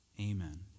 Amen